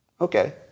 Okay